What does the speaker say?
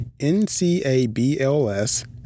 NCABLS